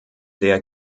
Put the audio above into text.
der